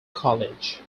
college